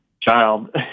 child